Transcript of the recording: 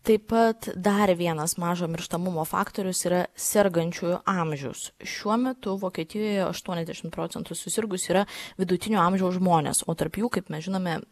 taip pat dar vienas mažo mirštamumo faktorius yra sergančiųjų amžius šiuo metu vokietijoje aštuoniasdešimt procentų susirgusių yra vidutinio amžiaus žmonės o tarp jų kaip mes žinome